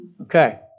Okay